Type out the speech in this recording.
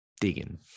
digging